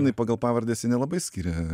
kinai pagal pavardes jie nelabai skiria